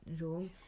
room